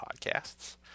podcasts